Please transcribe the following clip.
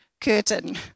Curtain